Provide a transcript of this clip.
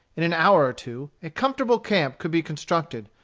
in an hour or two, a comfortable camp could be constructed,